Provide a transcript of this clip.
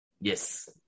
yes